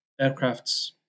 aircrafts